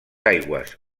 aigües